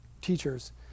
teachers